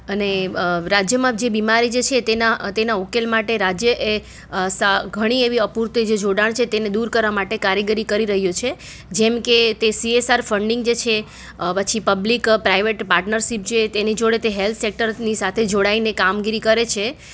અને રાજ્યમાં જે બીમારી છે તેનાં તેના ઉકેલ માટે રાજ્યએ ઘણી એવી અપૂરતી જે જોડાણ છે તેને દૂર કરવા માટે કારીગરી કરી રહ્યું છે જેમકે તે સીએસઆર ફંડિંગ જે છે પછી પબ્લિક પ્રાઇવેટ પાર્ટનરસીપ છે તેની જોડે તે હેલ્થ સેકટરની સાથે જોડાઈને કામગીરી કરે છે